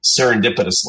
serendipitously